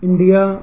India